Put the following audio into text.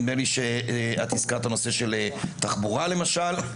נדמה לי שאת הזכרת את נושא התחבורה למשל,